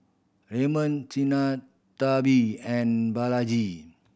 Raman Sinnathamby and Balaji